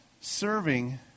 serving